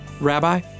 Rabbi